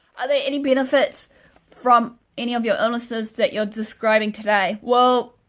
are there any benefits from any of your illnesses that you're describing today? well